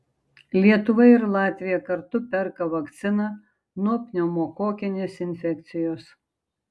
lietuva ir latvija kartu perka vakciną nuo pneumokokinės infekcijos